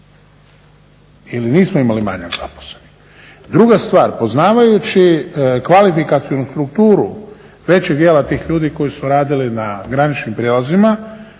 Ili nismo imali manjak zaposlenih. Druga stvar, poznavajući kvalifikacionu strukturu, većeg dijela tih ljudi koji su radili na graničnim prijelazima